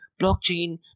blockchain